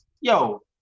yo